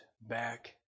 back